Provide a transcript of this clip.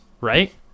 Right